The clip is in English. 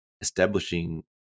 establishing